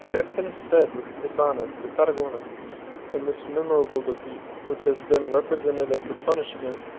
castinus fled with dishonor to tarragona and this memorable defeat, which has been represented as the punishment,